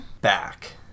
back